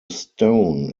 stone